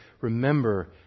remember